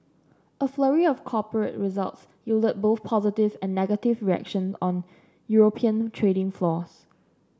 a flurry of corporate results yielded both positive and negative reaction on European trading floors